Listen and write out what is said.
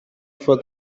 for